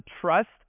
trust